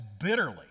bitterly